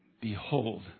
Behold